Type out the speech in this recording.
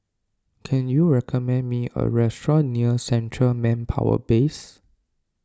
can you recommend me a restaurant near Central Manpower Base